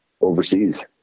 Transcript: overseas